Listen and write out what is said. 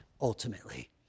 ultimately